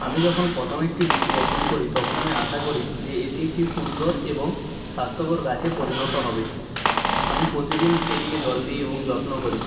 আমি যখন প্রথম একটি বীজ রোপণ করি তখন আমি আশা করি যে এটি একটি সুন্দর এবং স্বাস্থকর গাছে পরিণত হবে আমি প্রতিদিন এটিকে জল দিই এবং যত্ন করি